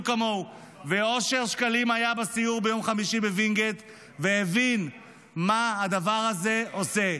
אושר שקלים היה ביום חמישי בסיור בווינגייט והבין מה הדבר הזה עושה.